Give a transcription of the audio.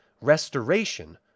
restoration